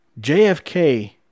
JFK